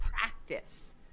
practice